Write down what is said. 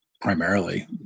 primarily